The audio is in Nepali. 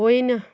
होइन